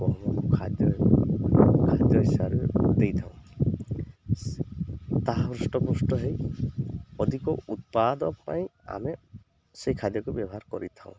ଖାଦ୍ୟ ଖାଦ୍ୟସାର ଦେଇଥାଉଁ ସେ ତାହା ହୃଷ୍ଟପୃଷ୍ଟ ହେଇ ଅଧିକ ଉତ୍ପାଦ ପାଇଁ ଆମେ ସେଇ ଖାଦ୍ୟକୁ ବ୍ୟବହାର କରିଥାଉ